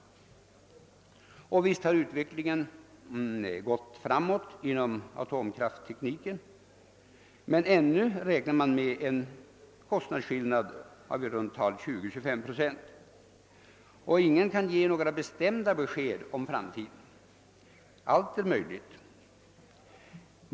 Och visst har utvecklingen gått framåt inom atomkrafttekniken, men ännu räknar man med en kostnadsskillnad av 20—25 procent, och ingen kan ge några bestämda besked om framtiden. Allt är möjligt.